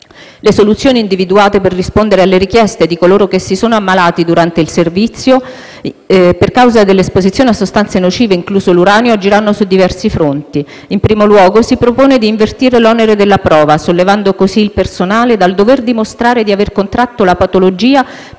Le soluzioni individuate per rispondere alle richieste di coloro che si sono ammalati durante il servizio a causa dell'esposizione a sostanze nocive, incluso l'uranio, agiranno su diversi fronti. In primo luogo, si propone di invertire l'onere della prova, sollevando così il personale dal dover dimostrare di aver contratto la patologia per